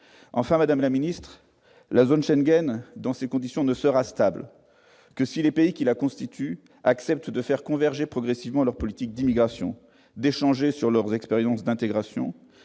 Enfin, dans ces conditions, la zone Schengen ne sera stable que si les pays qui la constituent acceptent de faire converger progressivement leurs politiques d'immigration et d'échanger quant à leurs expériences d'intégration.